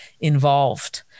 involved